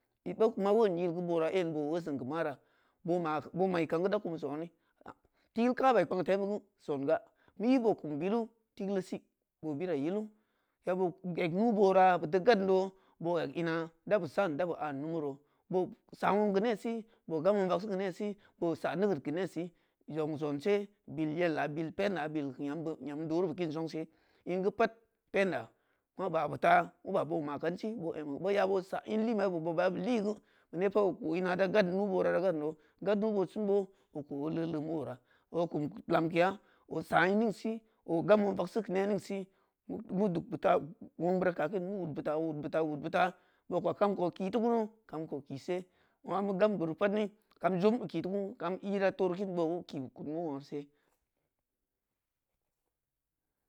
Bo ko ma won yilguu bora hen̄ boo wosēn ki wara boo ma’i kan guu da kum sonn̄i, tikul kubu plan- temu guu songa mu yi boo kum billu tikul see boo bira yillu ya boo yeg nu booru butu yadoō bu yeg nna da bu san da bu yan numu roō. Boo saā wong ki nese boo gan wong vagse ki nesi, boo saā noged ku nesi jong nonse bil yelya, bil penya bil ki yemdoro bu kin son̄g sai nguu pad penya, mu baa bu taa boo maā kansi bu nyamē boo yaboo saā nleeomeya bu bobya boo leeguu mendei pad ōko nna da gad nubora da gadro- gad nubod sen bu ōko o loō lom ōra okum ki lemkeya osāa nensi ōgam wongvagi ki nenengsi mu dobbi taa wongbaru ki akin mu wud bi taa wud bi taa wudbi taa boo ko kam bi kitikunu kam koo bu ki sen wogaa mu gam boro kum jum bikitu kum, kam ira, turu kin ki bu kud mu wong sai.